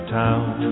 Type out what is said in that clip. town